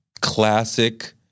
classic